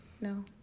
No